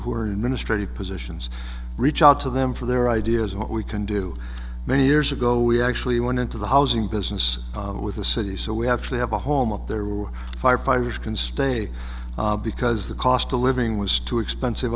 who are in ministry positions reach out to them for their ideas of what we can do many years ago we actually went into the housing business with the city so we have to have a home up there were firefighters can stay because the cost of living was too expensive